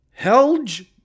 Helge